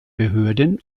behörden